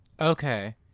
Okay